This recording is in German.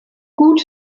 gut